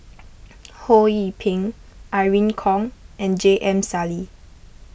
Ho Yee Ping Irene Khong and J M Sali